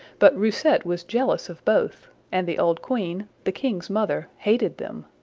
but roussette was jealous of both, and the old queen, the king's mother, hated them.